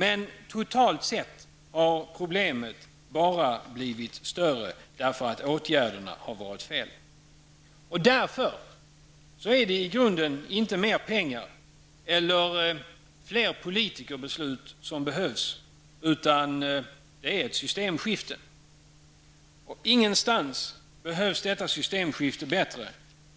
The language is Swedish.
Men totalt sett har problemet bara blivit större, därför att åtgärderna varit fel. Därför är det i grunden inte mer pengar eller fler politikerbeslut som behövs, utan det är ett systemskifte. Ingenstans behövs detta systemskifte bättre